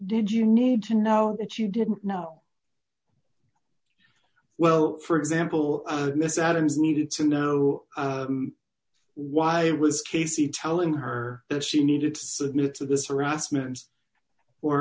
did you need to know that you didn't know well for example miss adams needed to know why it was casey telling her that she needed to submit to this harassment or